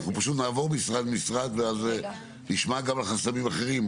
אנחנו נעבור משרד משרד ונשמע גם על חסמים אחרים,